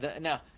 now